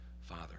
Father